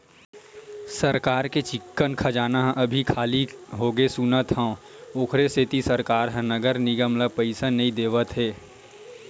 सरकार के चिक्कन खजाना ह अभी खाली होगे सुनत हँव, ओखरे सेती सरकार ह नगर निगम ल पइसा नइ देवत हे